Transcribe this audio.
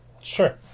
Sure